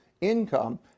income